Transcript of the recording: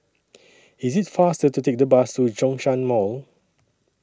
IS IT faster to Take The Bus to Zhongshan Mall